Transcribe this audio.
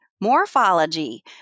morphology